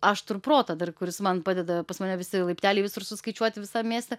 aštrų protą dar kuris man padeda pas mane visi laipteliai visur suskaičiuoti visam mieste